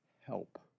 help